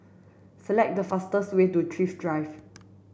select the fastest way to Thrift Drive